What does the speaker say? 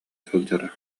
сылдьара